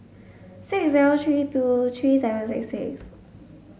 six zero three two three seven six six